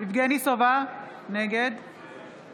יבגני סובה, נגד